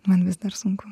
man vis dar sunku